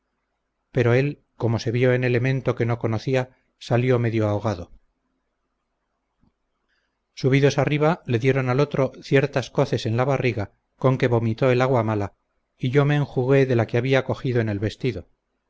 pero él como se vió en elemento que no conocía salió medio ahogado subidos arriba le dieron al otro ciertas coces en la barriga con que vomitó el agua mala y yo me enjugué de la que había cogido en el vestido